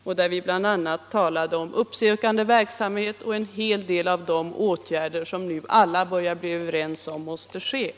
Där talade vi bl.a. om uppsökande verksamhet och en hel del av de åtgärder som alla nu börjar bli överens om måste vidtas.